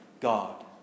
God